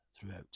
throughout